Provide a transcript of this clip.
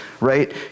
right